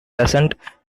pleasant